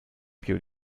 più